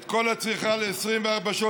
נוכל לייצר את כל הצריכה ל-24 שעות,